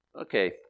Okay